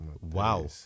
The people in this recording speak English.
Wow